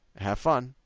have fun.